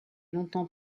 longtemps